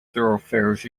thoroughfares